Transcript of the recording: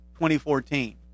2014